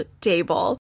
table